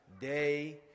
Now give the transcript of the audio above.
day